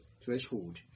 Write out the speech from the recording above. threshold